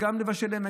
וגם לבשל להם,